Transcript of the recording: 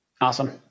Awesome